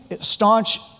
staunch